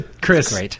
Chris